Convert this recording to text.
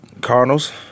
Cardinals